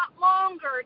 longer